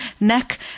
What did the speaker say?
neck